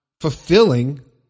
fulfilling